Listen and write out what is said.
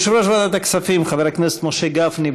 יושב-ראש ועדת הכספים חבר הכנסת משה גפני,